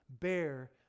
Bear